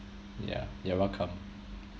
yeah you're welcome